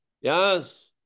Yes